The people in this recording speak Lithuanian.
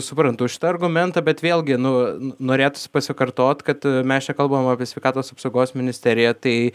suprantu šitą argumentą bet vėlgi nu norėtųsi pasikartot kad mes čia kalbam apie sveikatos apsaugos ministeriją tai